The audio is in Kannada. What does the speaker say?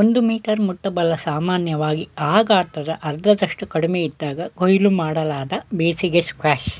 ಒಂದು ಮೀಟರ್ ಮುಟ್ಟಬಲ್ಲ ಸಾಮಾನ್ಯವಾಗಿ ಆ ಗಾತ್ರದ ಅರ್ಧದಷ್ಟು ಕಡಿಮೆಯಿದ್ದಾಗ ಕೊಯ್ಲು ಮಾಡಲಾದ ಬೇಸಿಗೆ ಸ್ಕ್ವಾಷ್